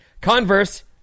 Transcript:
Converse